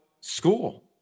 school